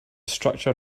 structure